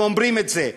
הם אומרים את זה.